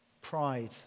Pride